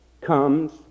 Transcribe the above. comes